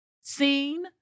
seen